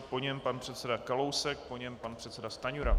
Po něm pan předseda Kalousek, po něm pan předseda Stanjura.